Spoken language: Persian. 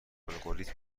الگوریتم